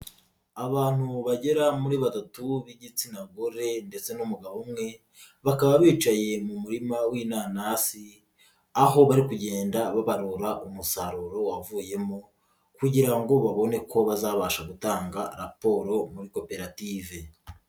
Abantu bagera muri batatu b'igitsina gore ndetse n'umugabo umwe bakaba bicaye mu murima w'inanasi, aho bari kugenda babarura umusaruro wavuyemo kugira ngo babone ko bazabasha gutanga raporo muri koperative.